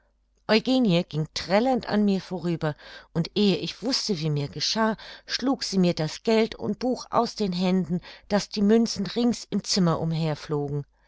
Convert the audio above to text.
eugenie ging trällernd an mir vorüber und ehe ich wußte wie mir geschah schlug sie mir geld und buch aus den händen daß die münzen rings im zimmer